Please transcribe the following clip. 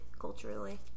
culturally